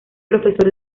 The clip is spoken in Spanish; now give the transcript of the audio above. profesor